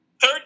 Third